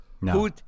No